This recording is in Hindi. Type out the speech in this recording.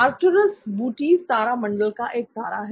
आर्कटूरूस बूटीस तारामंडल का एक तारा है